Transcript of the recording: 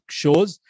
shows